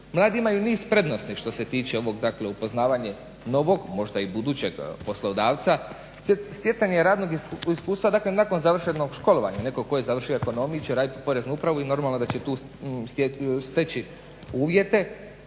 Mladi imaju niz prednosti što se tiče ovog, dakle upoznavanje novog, a možda i budućeg poslodavca, stjecanje radnog iskustva, dakle nakon završenog školovanja, neko ko je završio ekonomiju će raditi u poreznoj upravi i normalno da će tu stječi uvjete,